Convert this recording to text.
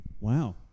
wow